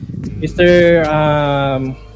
Mr